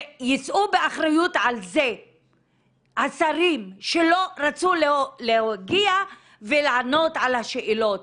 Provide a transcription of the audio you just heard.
ויישאו באחריות על זה השרים שלא רצו להגיע ולענות על השאלות.